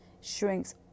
shrinks